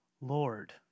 Lord